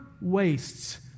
wastes